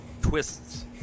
twists